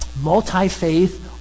multi-faith